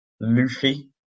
Luffy